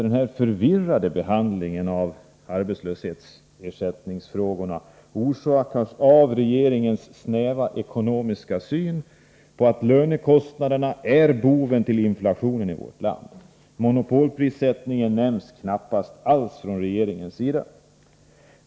Denna förvirrade behandling av arbetslöshetsersättningsfrågorna orsakas av regeringens snäva ekonomiska syn på lönekostnaderna såsom roten till inflationen i vårt land. Monopolprissättningen nämns knappast alls från regeringens sida.